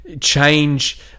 change